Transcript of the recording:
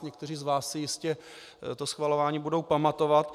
Někteří z vás si jistě to schvalování budou pamatovat.